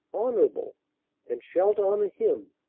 honorable and shalt honor him,